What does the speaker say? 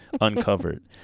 uncovered